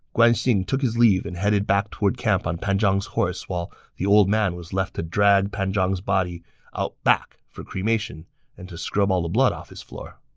guan xing took his leave and headed back toward camp on pan zhang's horse, while the old man was left to drag pan zhang's body out back for cremation and to scrub all the blood off his floor